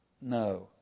no